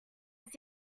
was